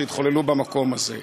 שהתחוללו במקום הזה.